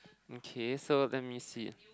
okay so let me see